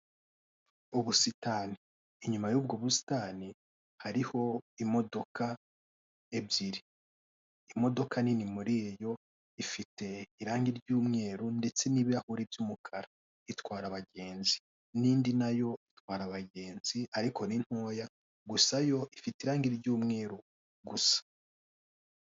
Ubusitani, inyuma y'ubwo busitani hariho imidoka ebyiri, imodoka nini muri iyo ifite irangi ry'umweru ndetse n'ibirahure by'umukara itwara abagenzi, n'indi nayo itwara abagenzi ariko ni ntoya, gusa yo ifite irangi ry'umweru gusa.